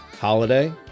Holiday